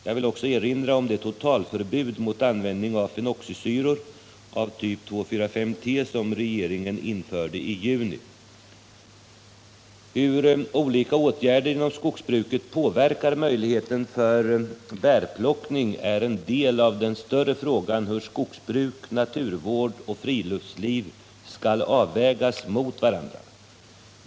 Jag vill också erinra om det totalförbud mot användningen av fenoxisyror av typ 2,4,5-T som regeringen 69 Hur åtgärder inom skogsbruket påverkar möjligheten till bärplockning är en del av den större frågan om hur skogsbruk, naturvård och friluftsliv skall avvägas mot varandra.